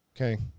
Okay